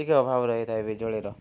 ଟିକିଏ ଅଭାବ ରହିଥାଏ ବିଜୁଳିର